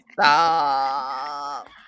Stop